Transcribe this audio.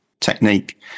technique